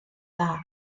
dda